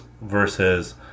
versus